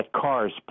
cars